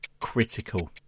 critical